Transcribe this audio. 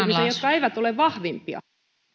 jotka eivät ole vahvimpia